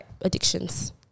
addictions